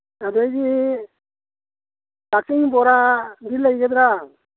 ꯑꯗꯒꯤ ꯀꯛꯆꯤꯡ ꯕꯣꯔꯥꯗꯤ ꯂꯩꯒꯗ꯭ꯔ